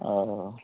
ହଉ ହଉ